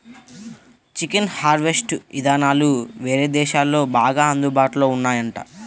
chicken harvest ఇదానాలు వేరే దేశాల్లో బాగా అందుబాటులో ఉన్నాయంట